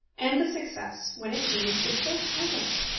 and the success, when achieved, is so pleasant!